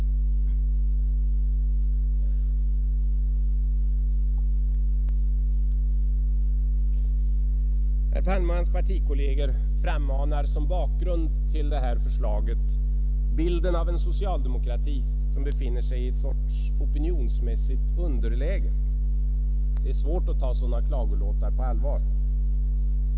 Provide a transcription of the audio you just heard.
Herr Palme och hans partikolleger frammanar som bakgrund till detta förslag bilden av en socialdemokrati som befinner sig i en sorts opinionsmässigt underläge. Det är svårt att ta sådana klagolåtar på allvar.